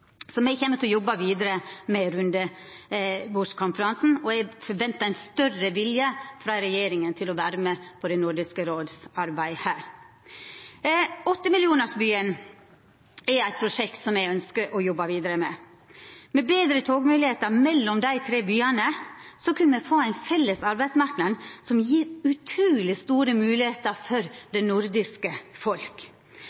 kjem til å jobba vidare med rundebordskonferansen, og eg forventar ein større vilje frå regjeringa til å vera med på Nordisk råds arbeid her. Åttemillionarsbyen er eit prosjekt som me ønskjer å jobba vidare med. Med betre togsamband mellom dei tre byane kunne me fått ein felles arbeidsmarknad som ville gjeve utruleg store moglegheiter for